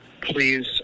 please